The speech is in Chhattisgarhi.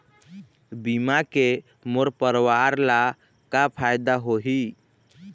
बीमा के मोर परवार ला का फायदा होही?